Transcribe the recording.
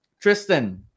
Tristan